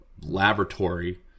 laboratory